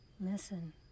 Listen